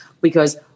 because-